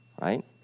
right